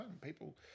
People